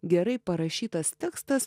gerai parašytas tekstas